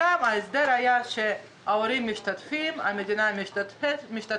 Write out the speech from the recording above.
שם ההסדר היה שההורים משתתפים, המדינה משתתפת.